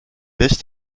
this